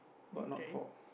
but not four